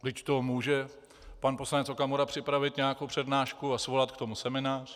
Vždyť k tomu může pan poslanec Okamura připravit nějakou přednášku a svolat k tomu seminář.